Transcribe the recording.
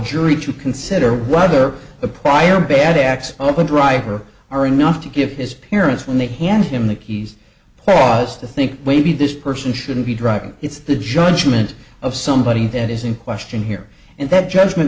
jury to consider whether a prior bad acts open driver are enough to give his parents when they hand him the keys pause to think maybe this person shouldn't be driving it's the judgment of somebody that is in question here and that judgment